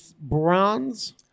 bronze